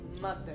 mother